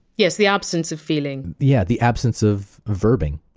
yes, the absence of feeling. yeah, the absence of verbing,